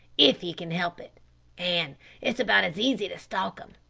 if ye can help it an' it's about as easy to stalk them.